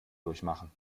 durchmachen